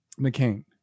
McCain